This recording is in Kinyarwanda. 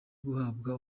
guhabwa